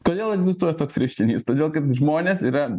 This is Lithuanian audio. kodėl egzistuoja toks reiškinys todėl kad žmonės yra